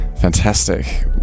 Fantastic